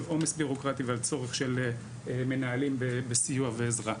על עומס ביורוקרטי ועל צורך של מנהלים בסיוע ועזרה.